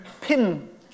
pin